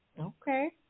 okay